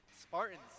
Spartans